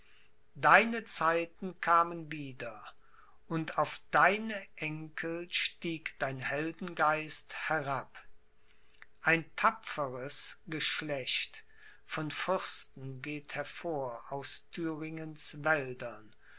deine zeiten kamen wieder und auf deine enkel stieg dein heldengeist herab ein tapferes geschlecht von fürsten geht hervor aus thüringens wäldern